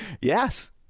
yes